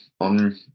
on